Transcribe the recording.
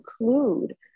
include